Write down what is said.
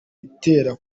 bitera